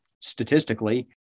statistically